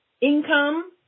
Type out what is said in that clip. income